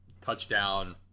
touchdown